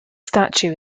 statue